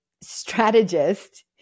strategist